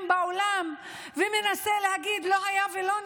בעולם ומנסה להגיד: לא היה ולא נברא,